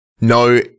no